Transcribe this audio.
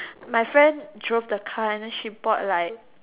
my friend drove the car and then she brought like